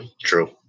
true